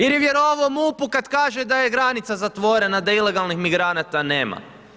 Jer je vjerovao MUP-u kad kaže da je granica zatvorena, da ilegalnih migranata nema.